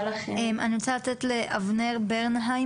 אני רוצה לתת את רשות הדיבור לאבנר ברנהיימר,